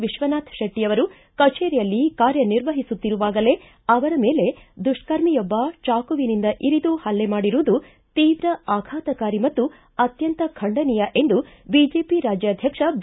ವಿಶ್ವನಾಥ ಶೆಟ್ಸಿಯವರು ಕಚೇರಿಯಲ್ಲಿ ಕಾರ್ಯ ನಿರ್ವಹಿಸುತ್ತಿರುವಾಗಲೇ ಅವರ ಮೇಲೆ ದುಷ್ಕರ್ಮಿಯೊಬ್ಬ ಚಾಕುವಿನಿಂದ ಇರಿದು ಹಲ್ಲೆ ಮಾಡಿರುವುದು ತೀವ್ರ ಆಘಾತಕಾರಿ ಮತ್ತು ಅತ್ಕಂತ ಖಂಡನೀಯ ಎಂದು ಬಿಜೆಪಿ ರಾಜ್ಯಾಧ್ವಕ್ಷ ಬಿ